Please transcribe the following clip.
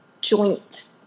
joint